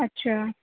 اچھا